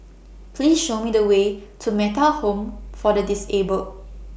Please Show Me The Way to Metta Home For The Disabled